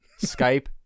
Skype